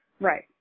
Right